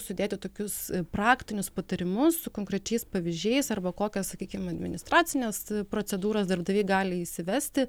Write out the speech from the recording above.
sudėti tokius praktinius patarimus su konkrečiais pavyzdžiais arba kokias sakykime administracines procedūras darbdaviai gali įsivesti